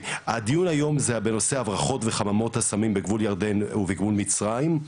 הדיון היום זה היה בנושא הברחות וחממות סמים בגבול ירדן ובגבול מצרים.